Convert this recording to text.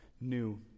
new